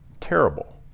terrible